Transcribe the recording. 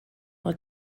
what